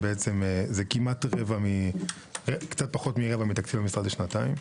זה קצת פחות מרבע מתקציב המשרד לשנתיים.